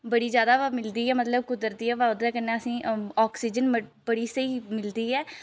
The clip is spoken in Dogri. बड़ी ज्यादा हवा मिलदी ऐ मतलब कुदरती हवा ओह्दे कन्नै असेंगी आक्सीज़न बड़ी स्हेई मिलदी ऐ